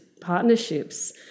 partnerships